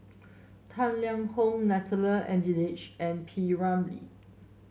Tang Liang Hong Natalie Hennedige and P Ramlee